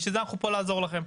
בשביל זה אנחנו פה לעזור לכם.